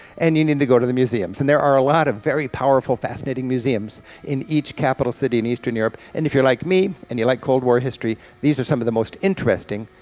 and you need to go to the museums. and there are a lot of very powerful, fascinating museums in each capital city in eastern europe, and if you're like me and you like cold war history, these are some of the most interesting,